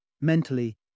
mentally